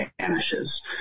vanishes